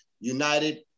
United